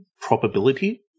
probability